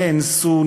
נאנסו,